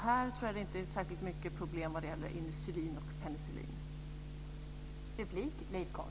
Här tror jag inte att det är särskilt mycket problem när det gäller insulin och penicillin.